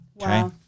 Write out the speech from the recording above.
Okay